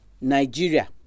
nigeria